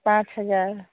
पाँच हज़ार